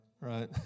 right